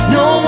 no